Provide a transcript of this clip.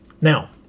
Now